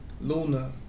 Luna